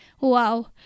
Wow